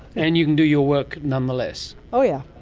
and you can do your work nonetheless? oh yeah